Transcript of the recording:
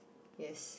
yes